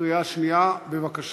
קריאה שנייה, בבקשה.